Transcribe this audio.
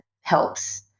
helps